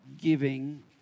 giving